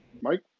Mike